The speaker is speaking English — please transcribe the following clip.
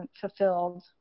fulfilled